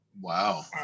Wow